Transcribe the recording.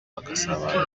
bagasabana